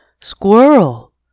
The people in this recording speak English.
squirrel